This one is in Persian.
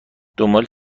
دنبال